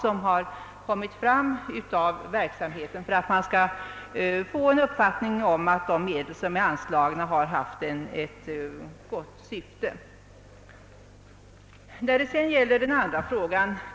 Därmed skulle man kunna få en uppfattning om huruvida de medel som anslagits har utnyttjats riktigt.